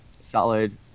solid